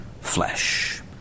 flesh